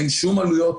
אין שום עלויות.